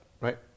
right